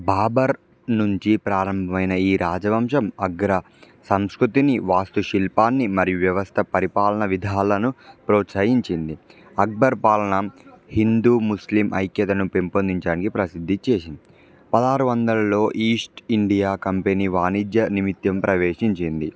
బాబర్ నుంచి ప్రారంభమైన ఈ రాజవంశం అగ్ర సంస్కృతిని వాస్తు శిల్పాన్ని మరియు వ్యవస్థ పరిపాలన విధాలను ప్రోత్సహించింది అక్బర్ పాలన హిందూ ముస్లిం ఐక్యతను పెంపొందించడానికి ప్రసిద్ధి చేంది పదహారు వందలలో ఈస్ట్ ఇండియా కంపెనీ వాణిజ్య నిమిత్తం ప్రవేశించింది